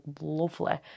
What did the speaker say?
lovely